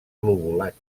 lobulat